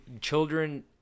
children